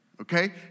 Okay